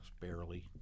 barely